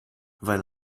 weil